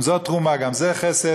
גם זו תרומה, גם זה חסד.